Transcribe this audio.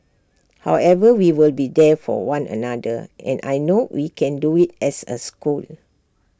however we will be there for one another and I know we can do IT as A school